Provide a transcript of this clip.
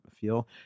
feel